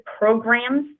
programs